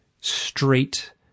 straight